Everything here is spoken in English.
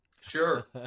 Sure